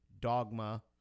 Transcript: Dogma